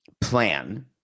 plan